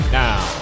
now